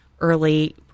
early